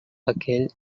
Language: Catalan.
aquell